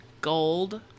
gold